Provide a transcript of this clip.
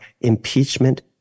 impeachment